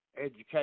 education